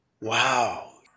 Wow